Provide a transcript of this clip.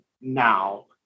now